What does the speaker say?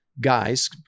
guys